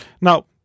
Now